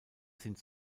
sind